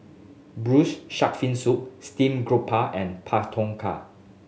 Braised Shark Fin Soup Steamed Garoupa and Pak Thong Ko